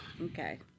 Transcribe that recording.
Okay